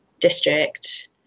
district